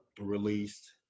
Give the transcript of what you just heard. released